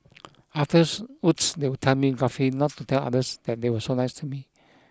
afterwards they would tell me gruffly not to tell others that they were so nice to me